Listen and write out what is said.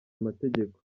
amategeko